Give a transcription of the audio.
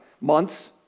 months